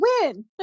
win